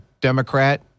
Democrat